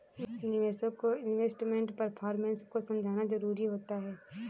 निवेशक को investment performance को समझना जरुरी होता है